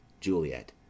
Juliet